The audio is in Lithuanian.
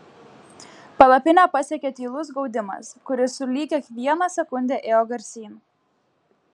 palapinę pasiekė tylus gaudimas kuris sulig kiekviena sekunde ėjo garsyn